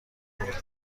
بردم